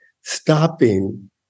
stopping